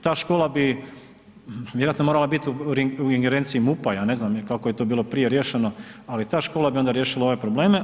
Ta škola bi vjerojatno morala biti u ingerenciji MUP-a, ja ne znam kako je to prije bilo riješeno, ali ta škola bi onda riješila ove probleme.